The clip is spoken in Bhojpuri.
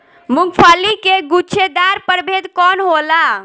मूँगफली के गुछेदार प्रभेद कौन होला?